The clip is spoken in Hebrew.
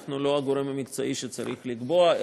אנחנו לא הגורם המקצועי שצריך לקבוע,